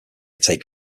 take